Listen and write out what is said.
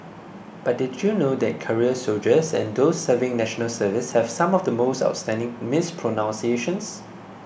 but did you know that career soldiers and those serving National Service have some of the most outstanding mispronunciations